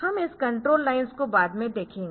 हम इस control lines को बाद में देखेंगे